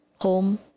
home